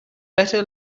better